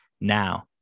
now